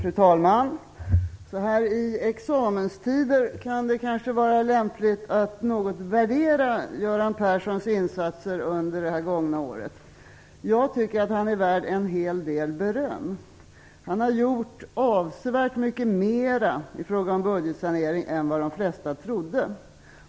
Fru talman! Så här i examenstider kan det kanske vara lämpligt att något värdera Göran Perssons insatser under det gångna året. Jag tycker att han är värd en hel del beröm. Han har gjort avsevärt mycket mera i fråga om budgetsanering än vad de flesta trodde.